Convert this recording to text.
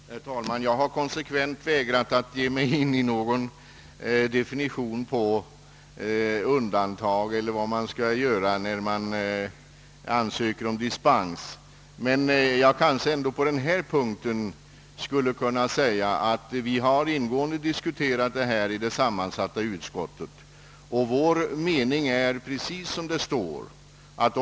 Herr talman! Jag har konsekvent vägrat att gå in på någon definition på vad som skall ske vid ansökan om dispens, men jag skulle kanske ändå på denna punkt kunna säga att frågan om servicelokaler har diskuterats ingående i det sammansatta utskottet och att reservanternas mening är just den som återges i reservationen.